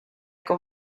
con